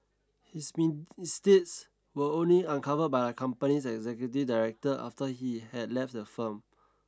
his mean misdeeds were only uncovered by the company's executive director after he had left the firm